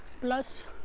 plus